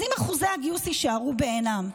אז אם אחוזי הגיוס יישארו בעינם,